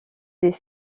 des